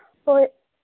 ꯍꯣꯏ